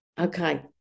Okay